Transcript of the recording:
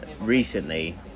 recently